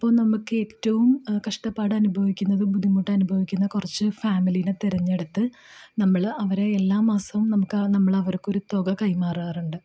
അപ്പോൾ നമുക്ക് ഏറ്റവും കഷ്ടപ്പാട് അനുഭവിക്കുന്നത് ബുദ്ധിമുട്ടനുഭവിക്കുന്ന കുറച്ച് ഫാമിലിനേ തിരഞ്ഞെടുത്ത് നമ്മൾ അവരെ എല്ലാമാസവും നമുക്ക് നമ്മൾ അവർക്കൊരു തുക കൈമാറാറുണ്ട്